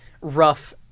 rough